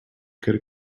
could